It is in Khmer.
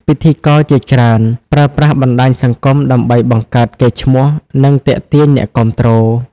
ពិធីករជាច្រើនប្រើប្រាស់បណ្ដាញសង្គមដើម្បីបង្កើតកេរ្តិ៍ឈ្មោះ និងទាក់ទាញអ្នកគាំទ្រ។